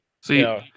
See